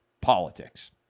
politics